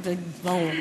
ברור.